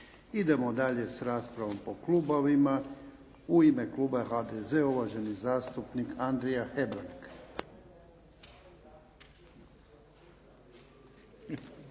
Idemo dalje sa raspravom po klubovima. U ime kluba HDZ-a uvaženi zastupnik Andrija Hebrang.